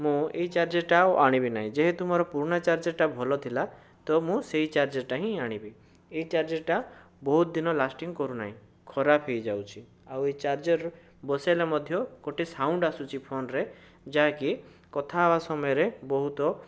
ମୁଁ ଏଇ ଚାର୍ଜରଟା ଆଉ ଆଣିବି ନାଇଁ ଯେହେତୁ ମୋର ପୁରୁଣା ଚାର୍ଜରଟା ଭଲ ଥିଲା ତ ମୁଁ ସେହି ଚାର୍ଜରଟା ହିଁ ଆଣିବି ଏଇ ଚାର୍ଜରଟା ବହୁତ ଦିନ ଲାସ୍ଟିଂ କରୁନାହିଁ ଖରାପ ହୋଇଯାଉଛି ଆଉ ଏହି ଚାର୍ଜର ବସେଇଲେ ମଧ୍ୟ ଗୋଟିଏ ସାଉଣ୍ଡ ଆସୁଛି ଫୋନ୍ରେ ଯାହାକି କଥା ହେବା ସମୟରେ ବହୁତ